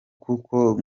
kuko